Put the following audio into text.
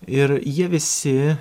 ir jie visi